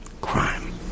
Crime